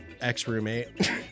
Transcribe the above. ex-roommate